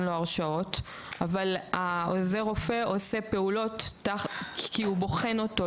לו הרשאות אבל עוזר הרופא עושה פעולות כי הוא בוחן אותו,